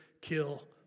kill